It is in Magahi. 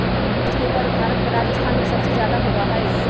मिर्च के उपज भारत में राजस्थान में सबसे ज्यादा होबा हई